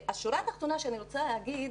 השורה התחתונה שאני רוצה להגיד,